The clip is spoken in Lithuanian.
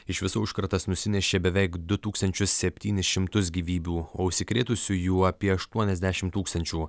iš viso užkratas nusinešė beveik du tūkstančius septynis šimtus gyvybių o užsikrėtusiųjų apie aštuoniasdešim tūkstančių